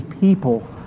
people